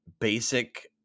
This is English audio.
basic